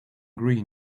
green